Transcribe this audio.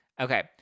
Okay